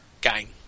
game